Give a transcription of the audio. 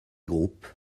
groupe